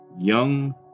young